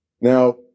Now